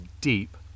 deep